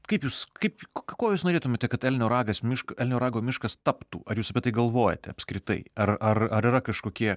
kaip jūs kaip kuo jūs norėtumėte kad elnio ragas miško elnio rago miškas taptų ar jūs galvojate apskritai ar ar yra kažkokie